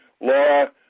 Laura